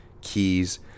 keys